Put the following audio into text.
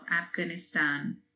Afghanistan